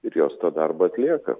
ir jos tą darbą atlieka